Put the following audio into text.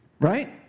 right